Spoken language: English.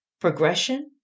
progression